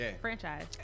franchise